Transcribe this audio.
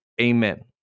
Amen